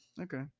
Okay